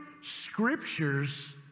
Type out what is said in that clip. scriptures